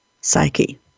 psyche